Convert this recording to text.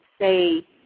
say